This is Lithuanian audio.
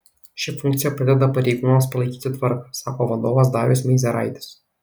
ši funkcija padeda pareigūnams palaikyti tvarką sako vadovas darius meizeraitis